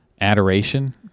adoration